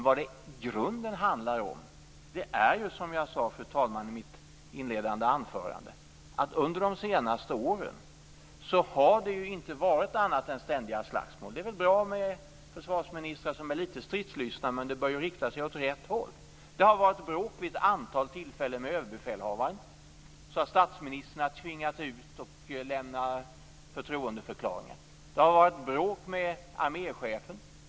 Vad det i grunden handlar om är emellertid - som jag sade i mitt inledande anförande, fru talman - att det under de senaste åren inte har varit annat än ständiga slagsmål. Det är väl bra med försvarsministrar som är litet stridslystna, men det bör rikta sig åt rätt håll. Det har varit bråk vid ett antal tillfällen med överbefälhavaren, så att statsministern har tvingats lämna förtroendeförklaringar. Det har varit bråk med arméchefen.